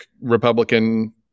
Republican